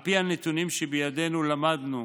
מהנתונים שבידינו למדנו